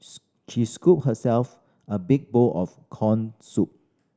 she scooped herself a big bowl of corn soup